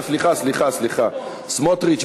סמוטריץ.